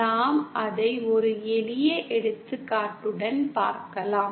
நாம் அதை ஒரு எளிய எடுத்துக்காட்டுடன் பார்க்கலாம்